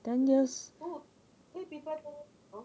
ten years